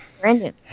Brandon